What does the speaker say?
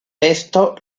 esto